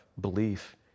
belief